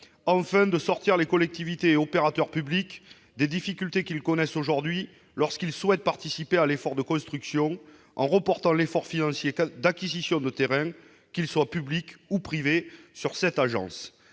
enfin de sortir les collectivités et opérateurs publics des difficultés qu'ils connaissent aujourd'hui lorsqu'ils souhaitent participer à l'effort de construction, en reportant l'effort financier d'acquisition de terrains, qu'ils soient publics ou privés, sur cette agence.